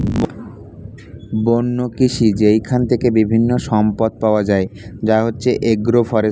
বন্য কৃষি যেইখান থেকে বিভিন্ন সম্পদ পাওয়া যায় যা হচ্ছে এগ্রো ফরেষ্ট্রী